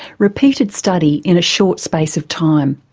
repeated study in a short space of time.